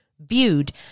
viewed